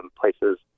places